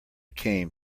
came